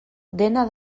dena